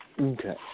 Okay